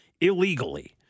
illegally